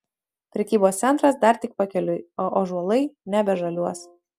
prekybos centras dar tik pakeliui o ąžuolai nebežaliuos